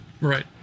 Right